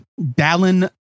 Dallin